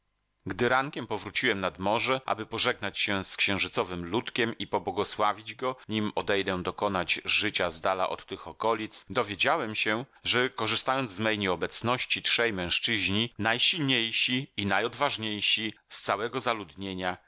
gdy rankiem powróciłem nad morze aby pożegnać się z księżycowym ludkiem i pobłogosławić go nim odejdę dokonać życia zdala od tych okolic dowiedziałem się że korzystając z mej nieobecności trzej mężczyźni najsilniejsi i najodważniejsi z całego